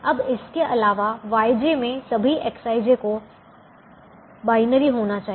अब इसके अलावा YJ में सभी Xij को बाइनरी होना चाहिए